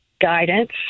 guidance